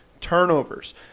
turnovers